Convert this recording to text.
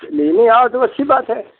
लेने आओ चलो अच्छी बात है